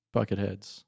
Bucketheads